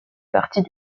partie